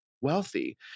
wealthy